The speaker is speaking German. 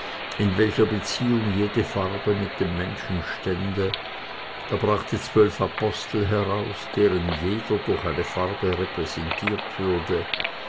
in welcher beziehung jede farbe mit dem menschen stände er brachte zwölf apostel heraus deren jeder durch eine farbe repräsentiert würde